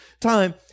time